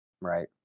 right